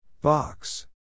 Box